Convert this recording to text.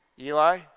Eli